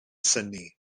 synnu